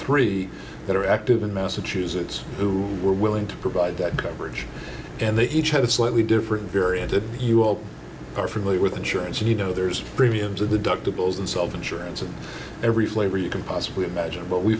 three that are active in massachusetts who were willing to provide that coverage and they each had a slightly different variant if you all are familiar with insurance and you know there's premiums of the doctor bills and self insurance and every flavor you can possibly imagine but we